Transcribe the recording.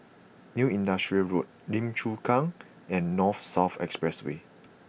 New Industrial Road Lim Chu Kang and North South Expressway